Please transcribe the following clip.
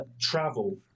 Travel